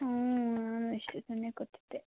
ಹ್ಞೂ ಇಷ್ಟೊತ್ತಿನಲ್ಲೇ ಕೂತಿದ್ದೆ